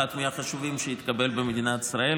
אחד מהחשובים שהתקבלו במדינת ישראל,